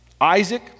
Isaac